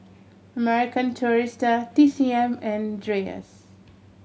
American Tourister T C M and Dreyers